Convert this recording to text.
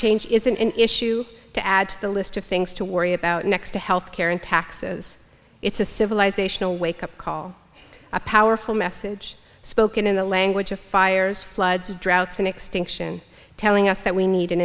change is an issue to add to the list of things to worry about next to health care and taxes it's a civilizational wake up call a powerful message spoken in the language of fires floods droughts and extinction telling us that we need an